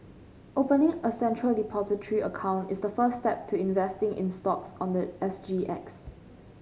opening a Central Depository account is the first step to investing in stocks on the S G X